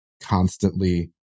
constantly